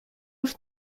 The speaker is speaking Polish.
już